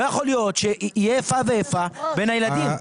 לא יכול להיות שתהיה איפה ואיפה בין הילדים.